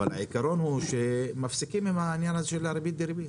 אבל העיקרון הוא שמפסיקים עם העניין הזה של הריבית דריבית.